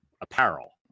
apparel